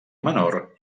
menor